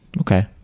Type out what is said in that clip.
Okay